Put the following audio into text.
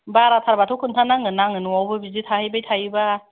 बाराथारबाथ' खिनथानांगोनना आङो न'आवबो बिदि थाहैबाय थायोबा